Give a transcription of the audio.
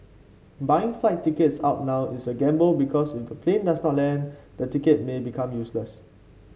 buying flight tickets out now is a gamble because if the plane does not land the ticket may become useless